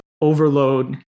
overload